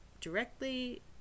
directly